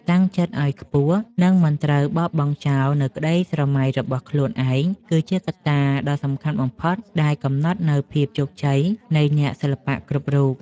តាំងចិត្តឱ្យខ្ពស់ និងមិនត្រូវបោះបង់ចោលនូវក្តីស្រមៃរបស់ខ្លួនឯងគឺជាកត្តាដ៏សំខាន់បំផុតដែលកំណត់នូវភាពជោគជ័យនៃអ្នកសិល្បៈគ្រប់រូប។